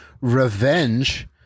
revenge